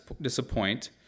disappoint